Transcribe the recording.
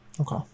Okay